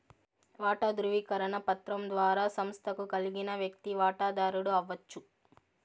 వాటా దృవీకరణ పత్రం ద్వారా సంస్తకు కలిగిన వ్యక్తి వాటదారుడు అవచ్చు